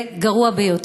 זה גרוע ביותר.